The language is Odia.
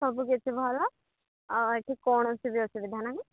ସବୁ କିଛି ଭଲ ଆଉ ଏଠି କୌଣସି ବି ଅସୁବିଧା ନାହିଁ